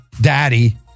daddy